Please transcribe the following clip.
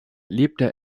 lebte